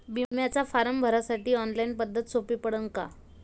बिम्याचा फारम भरासाठी ऑनलाईन पद्धत सोपी पडन का?